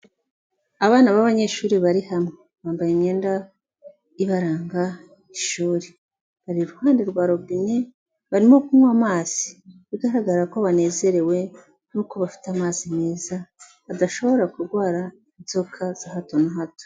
Abana b'abanyeshuri bari hamwe, bambaye imyenda ibaranga y'ishuri. Bari iruhande rwa robine barimo kunywa amazi bigaragara ko banezerewe nuko bafite amazi meza, badashobora kurwara inzoka za hato na hato.